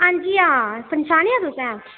अंजी हा पन्छानेआ तुसें